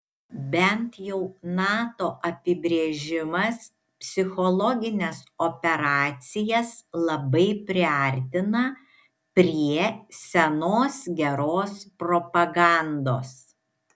bent jau nato apibrėžimas psichologines operacijas labai priartina prie senos geros propagandos